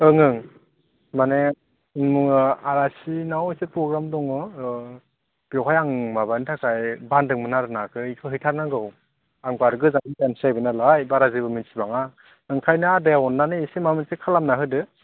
ओं ओं माने आलासिनाव एसे पग्राम दङ बेवहाय आं माबानि थाखाय बानदोंमोन आरो नाखौ बेखौ हैथारनांगौ आं बारा गोजान गोजानसो जाहैबाय नालाय बारा जेबो मिन्थिबाङा ओंखायनो आदाया अननानै एसे माबा मोनसे खालामना होदो